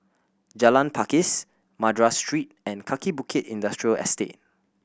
Jalan Pakis Madras Street and Kaki Bukit Industrial Estate